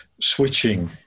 switching